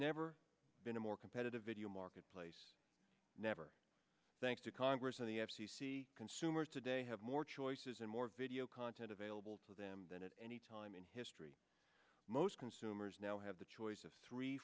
never been a more competitive video marketplace never thanks to congress and the f c c consumers today have more choices and more video content available to them than at any time in history most consumers now have the choice of three